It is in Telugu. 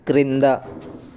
క్రింద